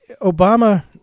Obama